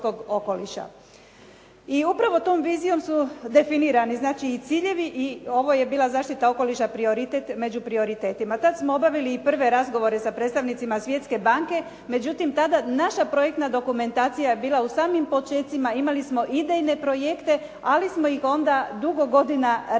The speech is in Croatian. I upravo tom vizijom su definirani znači i ciljevi i ovo je bila zaštita okoliša prioritet među prioritetima. Tad smo obavili i prve razgovore sa predstavnicima Svjetske banke, međutim tada naša projektna dokumentacija je bila u samim počecima. Imali smo idejne projekte, ali smo ih onda dugo godina razrađivali